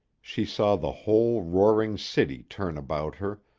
she saw the whole roaring city turn about her,